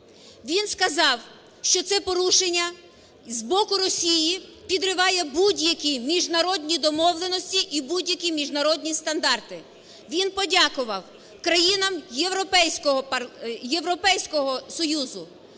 Він сказав, що це порушення з боку Росії підриває будь-які міжнародні домовленості і будь-які міжнародні стандарти. Він подякував країнам Європейського Союзу,